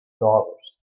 dollars